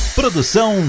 produção